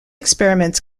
experiments